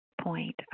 point